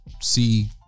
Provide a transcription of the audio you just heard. see